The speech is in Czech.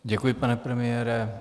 Děkuji, pane premiére.